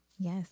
Yes